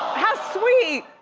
how sweet!